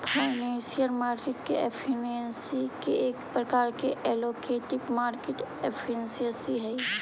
financial market efficiency के एक प्रकार एलोकेटिव मार्केट एफिशिएंसी हई